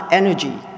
energy